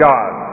God